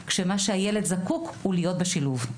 כשמה שהילד זקוק לו הוא להיות בשילוב.